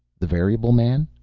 the variable man?